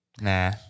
Nah